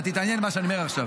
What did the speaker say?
אתה תתעניין במה שאני אומר עכשיו.